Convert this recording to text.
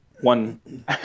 one